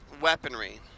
weaponry